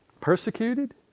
Persecuted